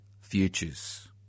futures